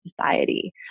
society